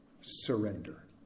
surrender